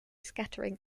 scattering